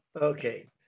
Okay